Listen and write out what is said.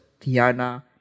Tiana